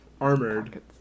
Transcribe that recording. armored